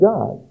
God